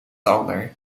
ander